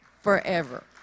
Forever